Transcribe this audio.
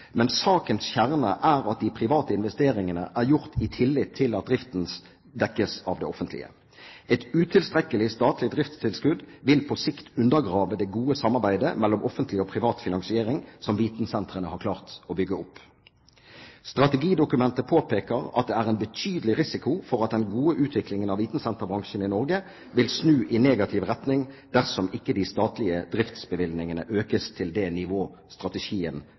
Men sakens kjerne er at de private investeringene er gjort i tillit til at driften dekkes av det offentlige. Et utilstrekkelig statlig driftstilskudd vil på sikt undergrave det gode samarbeidet mellom offentlig og privat finansiering som vitensentrene har klart å bygge opp. Strategidokumentet påpeker at det er en betydelig risiko for at den gode utviklingen av vitensenterbransjen i Norge vil snu i negativ retning dersom ikke de statlige driftsbevilgningene økes til det